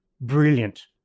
brilliant